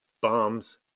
bombs